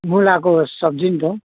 मुलाको सब्जी नि त